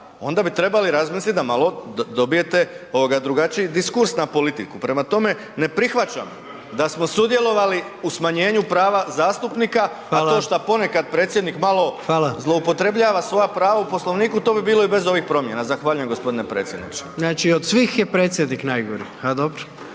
onda bi trebali razmisliti da malo dobijete drugačije diskurs na politiku. Prema tome, ne prihvaćam da smo sudjelovali u smanjenju prava zastupnika, a to šta ponekad predsjednik malo zloupotrebljava svoja prava u Poslovniku to bi bilo i bez ovih promjena. Zahvaljujem gospodine predsjedniče. **Jandroković, Gordan (HDZ)** Znači od svih je predsjednik najgori.